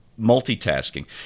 multitasking